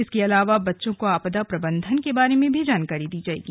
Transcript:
इसके अलावा बच्चों को आपदा प्रबन्धन के बारे में भी जानकारी दी जाएगी